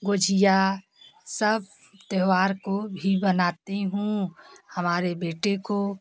गुजिया सब त्योहार को भी बनाती हूँ हमारे बेटे को